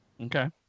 Okay